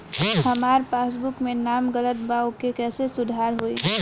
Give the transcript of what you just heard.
हमार पासबुक मे नाम गलत बा ओके कैसे सुधार होई?